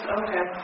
okay